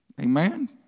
Amen